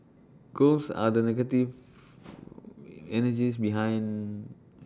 ghosts are the negative energies behind